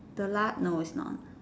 the Lat no is not